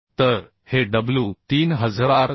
तर हेw 3294